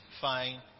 fine